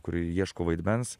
kur ieško vaidmens